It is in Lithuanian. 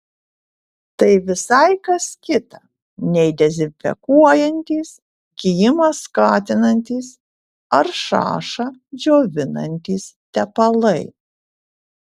tai visai kas kita nei dezinfekuojantys gijimą skatinantys ar šašą džiovinantys tepalai